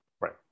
right